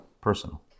personal